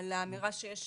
לאמירה שיש